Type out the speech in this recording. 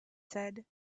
said